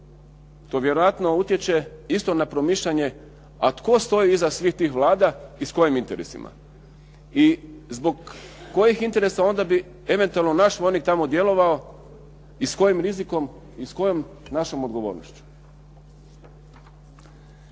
To vjerojatno utječe isto na promišljanje a tko stoji iza svih tih vlada i s kojim interesima i zbog kojih interesa onda bi eventualno naš vojnik tamo djelovao i s kojim rizikom i s kojom našom odgovornošću.